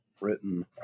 written